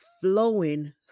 flowing